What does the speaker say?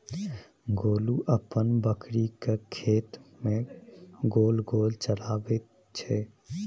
गोलू अपन बकरीकेँ खेत मे गोल गोल चराबैत छै